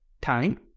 time